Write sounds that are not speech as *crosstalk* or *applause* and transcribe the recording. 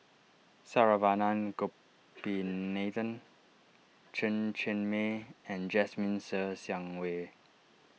Saravanan *noise* Gopinathan Chen Cheng Mei and Jasmine Ser Xiang Wei